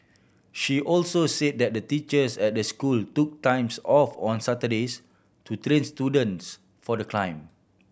she also said that the teachers at the school took times off on Saturdays to train students for the climb